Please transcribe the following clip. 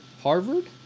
Harvard